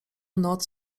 noc